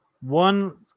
One